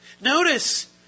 Notice